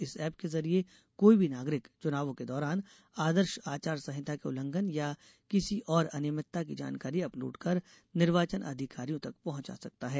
इस ऐप के ज़रिये कोई भी नागरिक चुनावों के दौरान आदर्श आचार संहिता के उल्लंघन या किसी और अनियमितता की जानकारी अपलोड कर निर्वाचन अधिकारियों तक पहुंचा सकता है